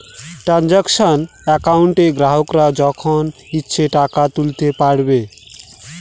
transaction একাউন্টে গ্রাহকরা যখন ইচ্ছে টাকা তুলতে পারবে